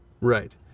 Right